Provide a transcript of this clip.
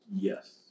Yes